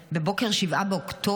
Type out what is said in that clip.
בבוקר 7 באוקטובר,